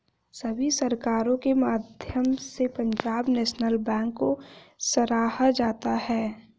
सभी सरकारों के माध्यम से पंजाब नैशनल बैंक को सराहा जाता रहा है